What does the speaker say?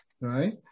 right